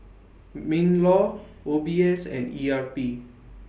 MINLAW O B S and E R P